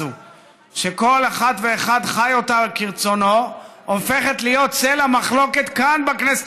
שכל אחת ואחת מן המפלגות שמרכיבות אותה עוסקת אך ורק בשימור עצמי,